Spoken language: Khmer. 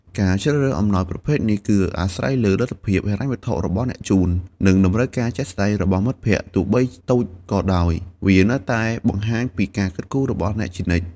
ការជ្រើសរើសអំណោយប្រភេទនេះគឺអាស្រ័យលើលទ្ធភាពហិរញ្ញវត្ថុរបស់អ្នកជូន និងតម្រូវការជាក់ស្តែងរបស់មិត្តភក្តិ ទោះបីតូចក៏ដោយ វានៅតែបង្ហាញពីការគិតគូររបស់អ្នកជានិច្ច។